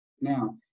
Now